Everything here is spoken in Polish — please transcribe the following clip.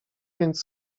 więc